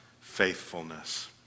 faithfulness